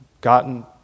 gotten